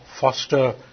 foster